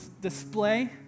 display